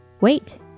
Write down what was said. Wait